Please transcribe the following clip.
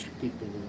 people